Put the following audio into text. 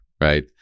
right